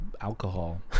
alcohol